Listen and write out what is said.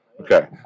Okay